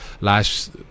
last